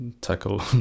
tackle